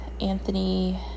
anthony